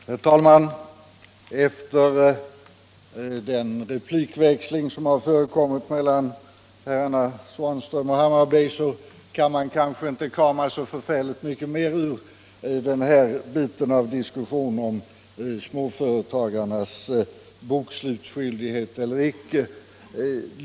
Herr talman! Efter den replikväxling som har förekommit mellan herrarna Svanström och Hammarberg kan man kanske inte krama så förfärligt mycket mer ur frågan om småföretagarnas bokslutsskyldighet.